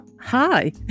Hi